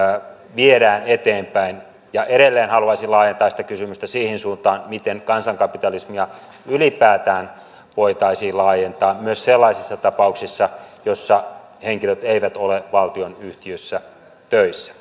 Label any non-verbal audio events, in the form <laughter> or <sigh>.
viedään eteenpäin edelleen haluaisin laajentaa sitä kysymystä siihen suuntaan miten kansankapitalismia ylipäätään voitaisiin laajentaa myös sellaisissa tapauksissa joissa henkilöt eivät ole valtionyhtiössä töissä <unintelligible>